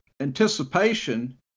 anticipation